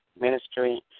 ministry